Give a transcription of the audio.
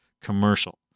commercial